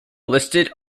listed